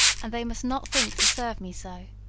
and they must not think to serve me so.